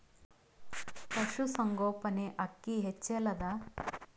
ಪಶುಸಂಗೋಪನೆ ಅಕ್ಕಿ ಹೆಚ್ಚೆಲದಾ?